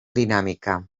dinàmica